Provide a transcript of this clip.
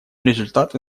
результаты